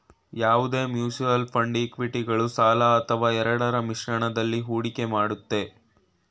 ಯಾವುದೇ mutual fund ಇಕ್ವಿಟಿಗಳು ಸಾಲ ಅಥವಾ ಎರಡರ ಮಿಶ್ರಣದಲ್ಲಿ ಹೂಡಿಕೆ ಮಾಡುತ್ತೆ